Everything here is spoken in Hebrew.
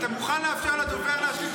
אתה מוכן לאפשר לדובר להשלים את הדברים שלו?